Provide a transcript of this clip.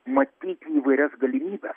matyti įvairias galimybes